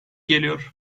geliyor